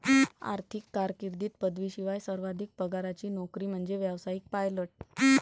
आर्थिक कारकीर्दीत पदवीशिवाय सर्वाधिक पगाराची नोकरी म्हणजे व्यावसायिक पायलट